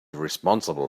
responsible